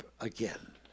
again